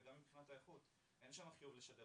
בנוסף, גם מבחינת האיכות, אין שם חיוב לשדר